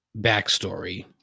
backstory